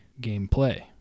gameplay